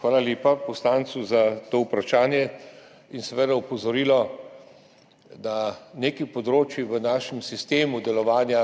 Hvala lepa poslancu za to vprašanje. Velja opozorilo, da nekaj področij v našem sistemu delovanja